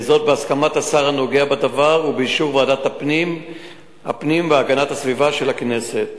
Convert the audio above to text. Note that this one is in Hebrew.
וזאת בהסכמת השר הנוגע בדבר ובאישור ועדת הפנים והגנת הסביבה של הכנסת.